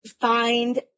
find